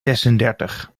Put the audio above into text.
zesendertig